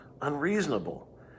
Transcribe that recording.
unreasonable